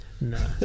No